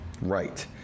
Right